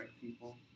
people